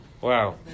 Wow